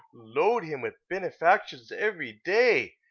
load him with benefactions every day,